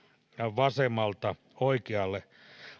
vasemmalta oikealle